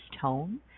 tone